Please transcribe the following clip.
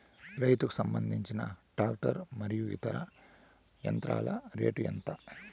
రైతుకు సంబంధించిన టాక్టర్ మరియు ఇతర యంత్రాల రేటు ఎంత?